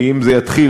כי אם זה יתחיל,